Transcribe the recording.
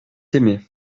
aimée